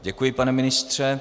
Děkuji, pane ministře.